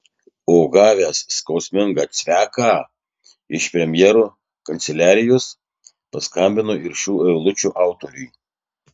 o gavęs skausmingą cveką iš premjero kanceliarijos paskambino ir šių eilučių autoriui